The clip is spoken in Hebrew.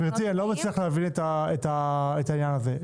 גברתי, אני לא מצליח להבין את העניין הזה.